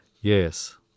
yes